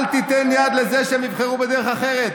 אל תיתן יד לזה שהם יבחרו בדרך אחרת.